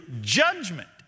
judgment